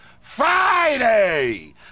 Friday